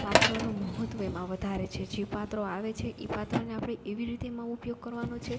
પાત્રોનું મહત્વ એમાં વધારે છે જે પાત્રો આવે છે ઈ પાત્રને આપડે એવી રીતે એમાં ઉપયોગ કરવાનો છે